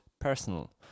personal